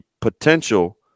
potential